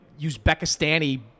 Uzbekistani